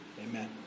Amen